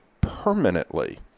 permanently